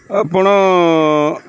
ଆପଣ